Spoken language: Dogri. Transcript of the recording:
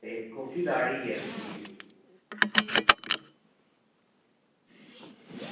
ते कोह्की दाढ़ ई ऐ तुसेंगी पीड़